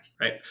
right